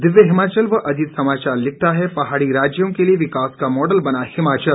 दिव्य हिमाचल व अजीत समाचार लिखता है पहाड़ी राज्यों के लिए विकास का मॉडल बना हिमाचल